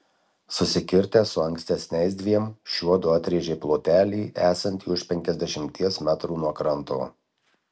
susikirtę su ankstesniais dviem šiuodu atrėžė plotelį esantį už penkiasdešimties metrų nuo kranto